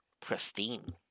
pristine